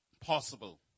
possible